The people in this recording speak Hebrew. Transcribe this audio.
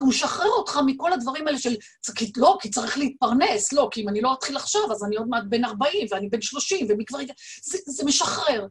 והוא משחרר אותך מכל הדברים האלה של... כי לא, כי צריך להתפרנס, לא, כי אם אני לא אתחיל עכשיו אז אני עוד מעט בן 40, ואני בן 30, ומי כבר... זה משחרר.